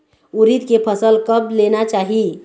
उरीद के फसल कब लेना चाही?